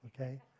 okay